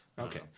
Okay